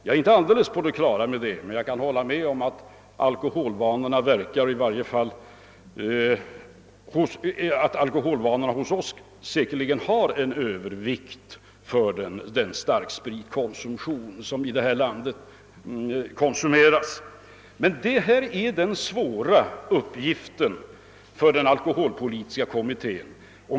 Jag kan emellertid hålla med om att alkoholvanorna hos oss säkerligen visar en övervikt för starkspritkonsumtionen. Detta är den svåra uppgiften för den alkoholpolitiska kommittén.